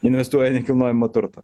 investuoja į nekilnojamą turtą